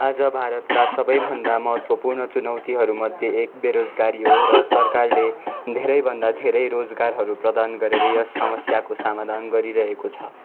आज भारतका सबैभन्दा महत्त्वपूर्ण चुनौतीहरूमध्ये एक बेरोजगारी हो र सरकारले धेरैभन्दा धेरै रोजगारहरू प्रदान गरेर यस समस्याको समाधान गरिरहेको छ